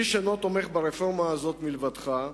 איש אינו תומך ברפורמה הזאת מלבדך,